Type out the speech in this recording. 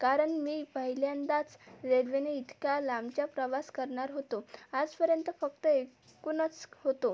कारण मी पहिल्यांदाच रेल्वेने इतक्या लांबचा प्रवास करणार होतो आजपर्यंत फक्त ऐकूनच होतो